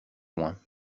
loin